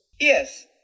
Yes